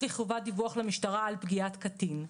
לי חובת דיווח למשטרה על פגיעת קטין,